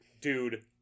dude